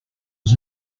was